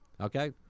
Okay